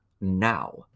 now